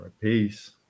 Peace